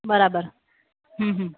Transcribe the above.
બરાબર હમ હમ